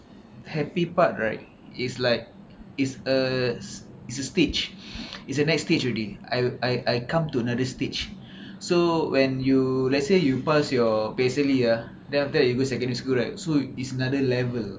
happy part right is like it's a it's a stage it's the next stage already I I I come to another stage so when you let's say you pass your basically ah then after that you go secondary school right so it's another level